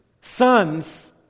sons